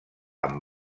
amb